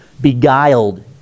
beguiled